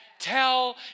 Tell